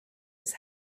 his